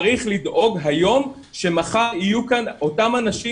צריך לדאוג היום שמחר יהיו כאן אותם אנשים